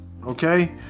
okay